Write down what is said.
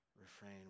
refrain